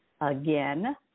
again